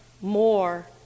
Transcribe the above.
more